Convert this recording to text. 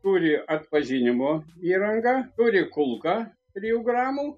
turi atpažinimo įrangą turi kulką trijų gramų